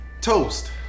Toast